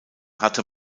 hatte